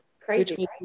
Crazy